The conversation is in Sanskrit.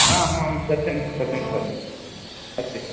आम् हाम् सत्यं सत्यं सत्यं अस्ति